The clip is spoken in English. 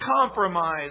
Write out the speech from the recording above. compromise